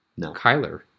Kyler